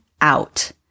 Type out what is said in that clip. out